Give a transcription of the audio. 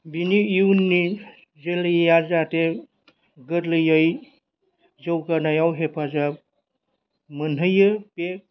बिनि इयुननि जोलैया जाहाथे गोरलैयै जौगानायाव हेफाजाब मोनहोयो बे